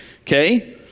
okay